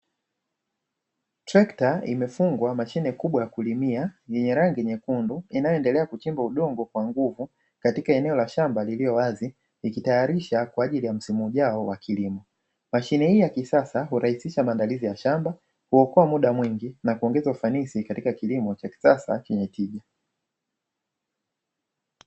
Trekta imefungwa mashine kubwa ya kulimia yenye rangi nyekundu, inayoendelea kuchimba udongo kwa nguvu katika eneo la shamba lililo wazi ikitayarisha kwa ajili ya msimu ujao wa kilimo. Mashine hii ya kisasa hurahisisha maandalizi ya shamba, kuokoa muda mwingi na kuongeza ufanisi katika kilimo cha kisasa chenye tija.